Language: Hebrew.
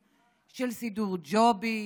של סידור ג'ובים,